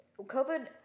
COVID